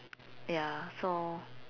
ya so